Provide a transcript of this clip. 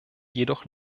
jedoch